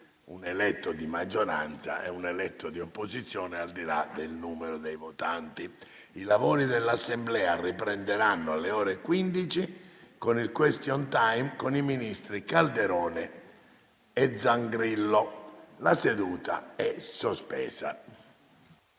un eletto di maggioranza e un eletto di opposizione, al di là del numero dei votanti. I lavori dell'Assemblea riprenderanno alle ore 15 con il question time con i ministri Calderone e Zangrillo. *(La seduta, sospesa